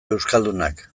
euskaldunak